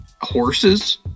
horses